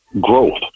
growth